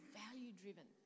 value-driven